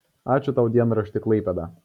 ačiū tau dienrašti klaipėda